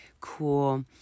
cool